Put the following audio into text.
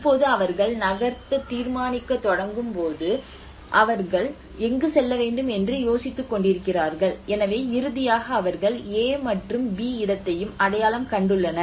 இப்போது அவர்கள் நகர்த்தத் தீர்மானிக்கத் தொடங்கும் போது அவர்கள் எங்கு செல்ல வேண்டும் என்று யோசித்துக்கொண்டிருக்கிறார்கள் எனவே இறுதியாக அவர்கள் ஏ மற்றும் பி இடத்தையும் அடையாளம் கண்டுள்ளனர்